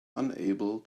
unable